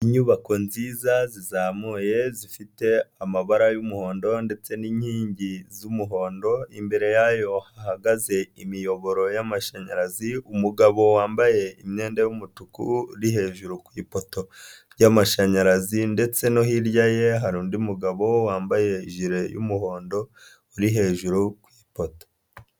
Inyubako nziza zizamuye zifite amabara y'umuhondo ndetse n'inkingi z'umuhondo, imbere yayo hahagaze imiyoboro y'amashanyarazi, umugabo wambaye imyenda y'umutuku iri hejuru ku ipoto ry'amashanyarazi ndetse no hirya ye hari undi mugabo wambaye ijire y'umuhondo uri hejuru ku ipoto.